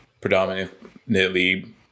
predominantly